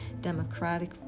democratic